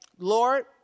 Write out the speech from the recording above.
Lord